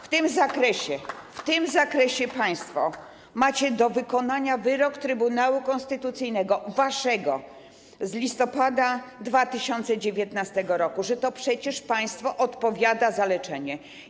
W tym zakresie państwo macie do wykonania wyrok Trybunału Konstytucyjnego, waszego, z listopada 2019 r. o tym, że to przecież państwo odpowiada za leczenie.